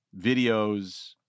videos